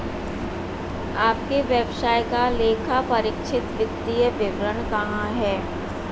आपके व्यवसाय का लेखापरीक्षित वित्तीय विवरण कहाँ है?